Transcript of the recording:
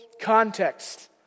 context